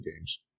games